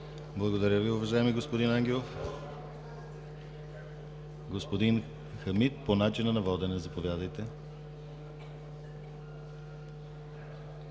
Благодаря Ви, уважаеми господин Ангелов. Господин Хамид – по начина на водене. Заповядайте.